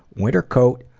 winter coat,